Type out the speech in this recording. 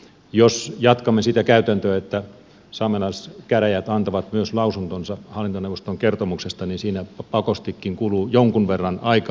jos jatkamme sitä käytäntöä että saamelaiskäräjät antaa myös lausuntonsa hallintoneuvoston kertomuksesta niin siinä pakostikin kuluu jonkun verran aikaa